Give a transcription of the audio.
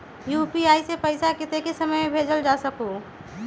UPI से पैसा कतेक समय मे भेजल जा स्कूल?